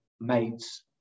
mates